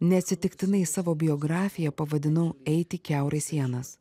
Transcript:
neatsitiktinai savo biografiją pavadinau eiti kiaurai sienas